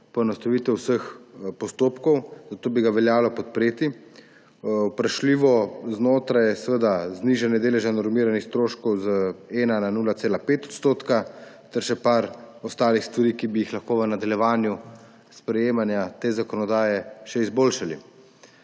poenostavitev vseh postopkov, zato bi ga veljalo podpreti. Vprašljivo znotraj je znižanje deleža normiranih stroškov z 1 na 0,5 odstotka ter še nekaj ostalih stvari, ki bi jih lahko v nadaljevanju sprejemanja te zakonodaje še izboljšali.